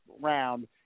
round